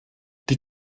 die